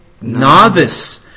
novice